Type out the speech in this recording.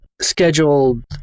scheduled